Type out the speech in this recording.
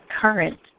current